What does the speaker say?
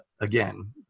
again